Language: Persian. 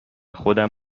خودم